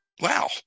wow